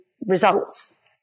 results